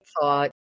thought